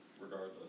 regardless